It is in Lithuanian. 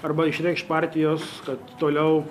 arba išreikš partijos kad toliau